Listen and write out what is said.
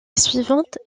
suivante